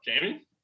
Jamie